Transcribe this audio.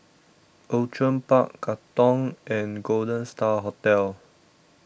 Outram Park Katong and Golden Star Hotel